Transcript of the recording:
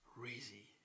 crazy